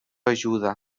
ajuda